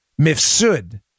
Mifsud